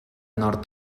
nord